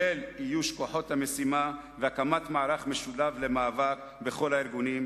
ובכלל זה איוש כוחות המשימה והקמת מערך משולב למאבק בכל הארגונים,